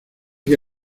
que